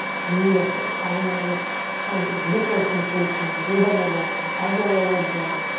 beautiful, finding this kind of zipper sensation through the midline. hug the low ribs in.